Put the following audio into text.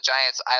Giants